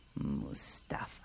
Mustafa